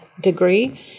degree